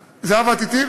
זהבה, את אתי?